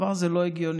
הדבר הזה לא הגיוני.